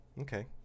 Okay